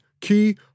Key